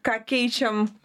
ką keičiam